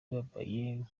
mbabaye